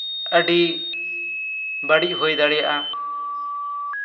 ᱟᱹᱰᱤ ᱵᱟᱹᱲᱤᱡ ᱦᱩᱭ ᱫᱟᱲᱮᱭᱟᱜᱼᱟ